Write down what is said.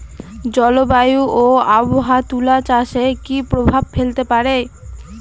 জলবায়ু ও আবহাওয়া তুলা চাষে কি প্রভাব ফেলতে পারে?